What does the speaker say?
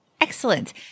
Excellent